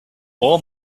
all